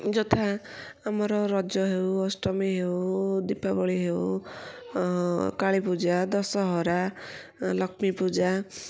ଯଥା ଆମର ରଜ ହେଉ ଅଷ୍ଟମୀ ହେଉ ଦୀପାବଳି ହେଉ କାଳୀପୂଜା ଦଶହରା ଲକ୍ଷ୍ମୀ ପୂଜା